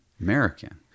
American